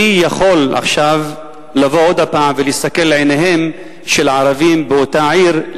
מי יכול עכשיו לבוא עוד פעם ולהסתכל לעיניהם של הערבים באותה עיר,